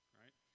right